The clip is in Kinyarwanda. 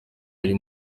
yari